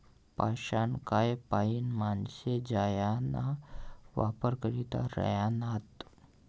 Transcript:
पाषाणकाय पाईन माणशे जाळाना वापर करी ह्रायनात